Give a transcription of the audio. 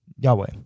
Yahweh